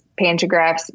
pantographs